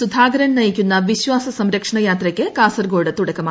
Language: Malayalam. സുധാകരൻ നയിക്കുന്ന വിശ്വാസ സംരക്ഷണ യ്ാത്രക്ക് കാസർഗോഡ് തുടക്കമായി